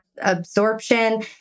absorption